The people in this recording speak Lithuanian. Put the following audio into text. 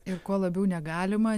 ir kuo labiau negalima